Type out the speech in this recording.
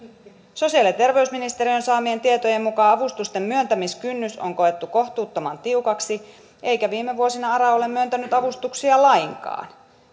sosiaali ja terveysministeriön saamien tietojen mukaan avustusten myöntämiskynnys on koettu kohtuuttoman tiukaksi eikä viime vuosina ara ole myöntänyt avustuksia lainkaan